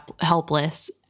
helpless